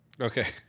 Okay